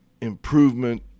improvement